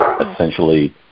essentially